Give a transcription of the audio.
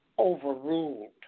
Overruled